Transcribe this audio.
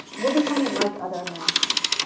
we're becoming like other americans.